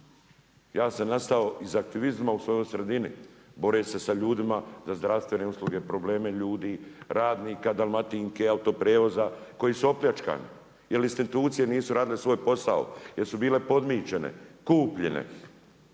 se ne razumije./… u svojoj sredini boreći se sa ljudima za zdravstven usluge, probleme ljudi, radnika, Dalmatinke, autoprijevoza, koji su opljačkani, jer institucije nisu radile svoj posao jel su bile podmićene, kupljene